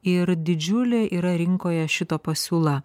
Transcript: ir didžiulė yra rinkoje šito pasiūla